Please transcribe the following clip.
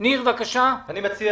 אני מציע